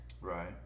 Right